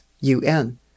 UN